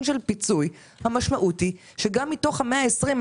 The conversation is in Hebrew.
של פיצוי המשמעות היא שגם מתוך ה-120,